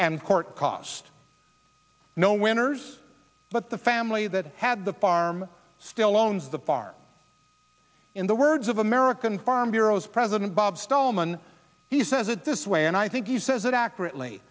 and court cost no winners but the family that had the farm still owns the far in the words of american farm bureau is president bob stallman he says it this way and i think he says it accurately